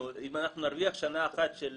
אנחנו, אם אנחנו נרוויח שנה אחת של